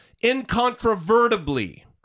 incontrovertibly